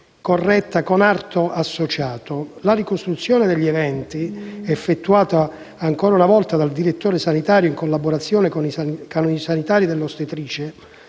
corretta) con arto associato. La ricostruzione degli eventi, effettuata ancora una volta dal direttore sanitario in collaborazione con i sanitari della ostetricia,